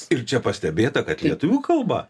ir čia pastebėta kad lietuvių kalba